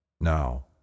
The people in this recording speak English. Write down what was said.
Now